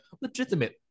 legitimate